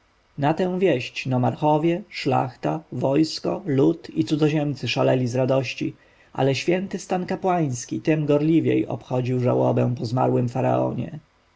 na tę wieść nomarchowie szlachta wojsko lud i cudzoziemcy szaleli z radości ale święty stan kapłański tem gorliwiej obchodził żałobę po zmarłym